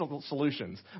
solutions